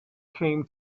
came